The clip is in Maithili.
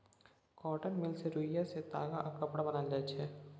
कॉटन मिल मे रुइया सँ ताग आ कपड़ा बनाएल जाइ छै